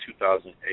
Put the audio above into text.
2008